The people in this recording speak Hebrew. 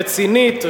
רצינית,